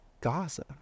Gaza